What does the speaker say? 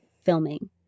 filming